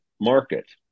market